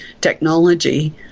technology